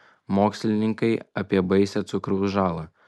mokslininkai apie baisią cukraus žalą